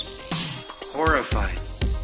horrified